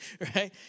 right